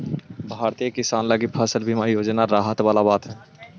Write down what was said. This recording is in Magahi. भारतीय किसान लगी फसल बीमा योजना राहत वाला बात हइ